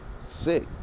sick